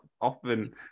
often